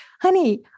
honey